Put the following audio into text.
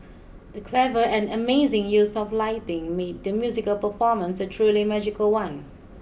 the clever and amazing use of lighting made the musical performance a truly magical one